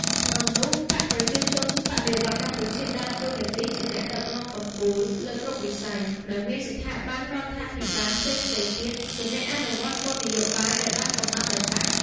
ក្នុងនោះ បក្សប្រជាជនបដិវត្តន៍កម្ពុជាដើរតួនាទីជាអ្នកដឹកនាំកំពូលលើគ្រប់វិស័យ ដោយមានស្ថាប័នរដ្ឋាភិបាលផ្សេងៗទៀតជាអ្នកអនុវត្តគោលនយោបាយដែលបានកំណត់ដោយបក្ស។